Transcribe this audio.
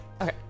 Okay